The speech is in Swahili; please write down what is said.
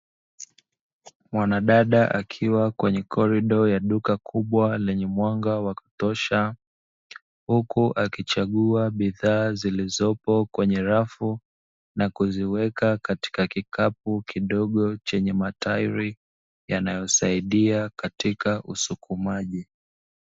Mwanadada akiwa kwenye korido ya duka kubwa lenye mwanga wa kutosha, huku akichagua bidhaa zilizopo kwenye rafu na kuziweka katika kikapu kidogo chenye matairi yanayosaidia katika usukumaji.